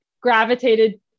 gravitated